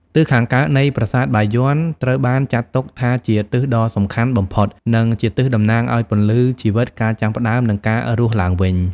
ទិសខាងកើតនៃប្រាសាទបាយ័ន ត្រូវបានចាត់ទុកថាជា ទិសដ៏សំខាន់បំផុត និងជាទិសតំណាងឱ្យ ពន្លឺ ជីវិត ការចាប់ផ្តើម និងការរស់ឡើងវិញ។